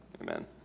Amen